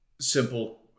simple